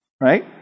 Right